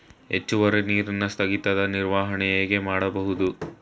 ಹೆಚ್ಚುವರಿ ನೀರಿನ ಸ್ಥಗಿತದ ನಿರ್ವಹಣೆ ಹೇಗೆ ಮಾಡಬಹುದು?